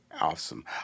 awesome